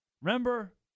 Remember